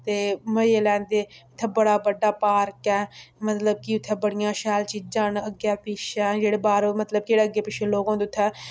ते मज़े लैंदे उत्थै बड़ा बड्डा पार्क ऐ मतलब कि उत्थैं बड़ियां शैल चीज़ां न अग्गें पिच्छें जेह्ड़े मतलब के जेह्ड़े बाह्रूं मतलब के जेह्ड़े अग्गें पिच्छें लोक होंदे उत्थें